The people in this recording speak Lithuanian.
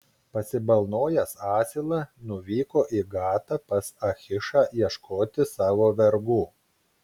pasibalnojęs asilą nuvyko į gatą pas achišą ieškoti savo vergų